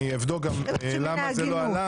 אני אבדוק למה זה לא עלה.